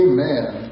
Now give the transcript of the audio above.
Amen